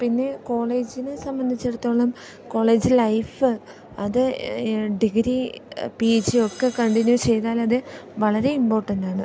പിന്നെ കോളേജിനെ സംബന്ധിച്ചിടത്തോളം കോളേജ് ലൈഫ് അത് ഡിഗ്രി പി ജി ഒക്ക കണ്ടിന്യൂ ചെയ്താൽ അത് വളരെ ഇമ്പോട്ടൻ്റ് ആണ്